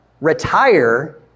retire